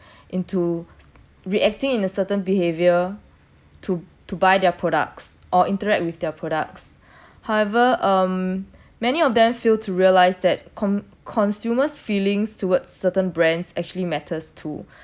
into reacting in a certain behaviour to to buy their products or interact with their products however um many of them fail to realize that con~ consumers' feelings toward certain brands actually matters too